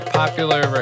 popular